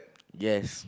yes